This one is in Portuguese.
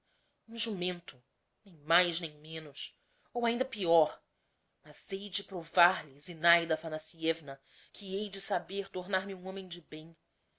um jumento nem mais nem menos ou ainda peor mas hei de provar lhe zinaida aphanassievna que hei de saber tornar-me um homem de bem